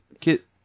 Kit